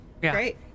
great